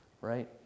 right